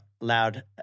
loud